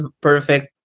perfect